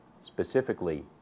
specifically